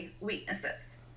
weaknesses